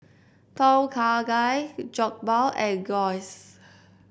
Tom Kha Gai Jokbal and Gyros